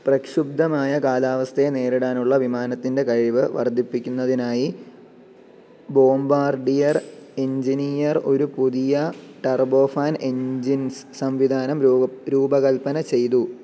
പ്രക്ഷുബ്ധമായ കാലാവസ്ഥയെ നേരിടാനുള്ള വിമാനത്തിൻ്റെ കഴിവ് വർദ്ധിപ്പിക്കുന്നതിനായി ബോംബാർഡിയർ എഞ്ചിനീയർ ഒരു പുതിയ ടർബോ ഫാൻ എൻജിൻസ് സംവിധാനം രൂപകൽപ്പന ചെയ്തു